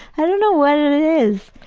i don't know what it it is.